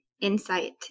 insight